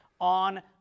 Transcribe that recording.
on